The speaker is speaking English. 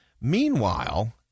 Meanwhile